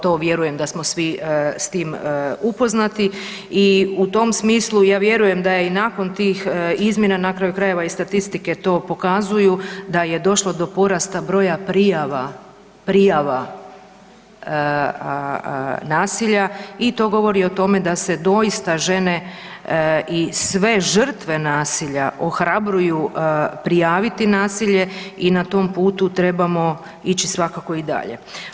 To, to vjerujem da smo svi s tim upoznati i u tom smislu ja vjerujem da je i nakon tih izmjena, na kraju krajeva i statistike to pokazuju, da je došlo do porasta broja prijava, prijava nasilja i to govori o tome da se doista žene i sve žrtve nasilja ohrabruju prijaviti nasilje i na tom putu trebamo ići svakako i dalje.